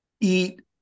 eat